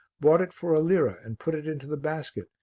bought it for a lira and put it into the basket,